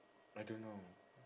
I don't know